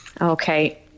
okay